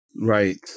right